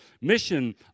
Mission